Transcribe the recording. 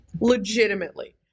Legitimately